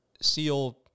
SEAL